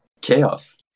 chaos